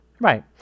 Right